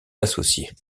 associés